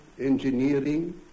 engineering